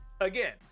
Again